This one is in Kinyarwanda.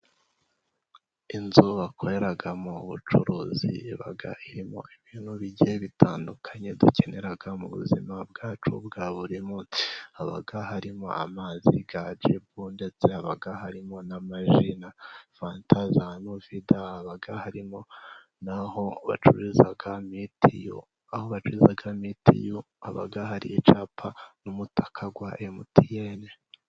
Inzu bakoreramo ubucuruzi, iba irimo ibintu bigiye bitandukanye dukenera mu buzima bwacu bwa buri munsi. Haba harimo amazi ya Jibu, ndetse haba harimo n'amaji na fanta, za novida, haba hari n'aho bacururiza mitiyu. Aho bacuruza mitiyu haba hari icyapa n'umutaka wa MTN.